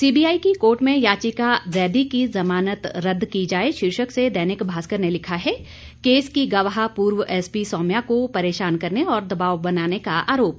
CBI की court में याचिका जैदी की जमानत रद्द की जाए शीर्षक से दैनिक भास्कर ने लिखा है केस की गवाह पूर्व एसपी सौम्या को परेशान करने और दबाव बनाने का आरोप